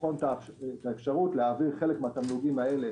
לבחון את האפשרות להעביר חלק מהתמלוגים האלה